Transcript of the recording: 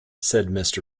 said